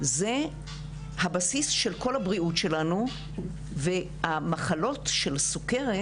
זה הבסיס של כל הבריאות שלנו והמחלות של סוכרת,